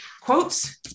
quotes